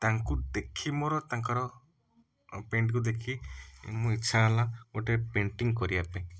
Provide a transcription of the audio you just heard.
ତାଙ୍କୁ ଦେଖି ମୋର ତାଙ୍କର ପେଣ୍ଟ କୁ ଦେଖି ମୋର ଇଛା ହେଲା ଗୋଟେ ପେଣ୍ଟିଙ୍ଗ କରିବା ପାଇଁ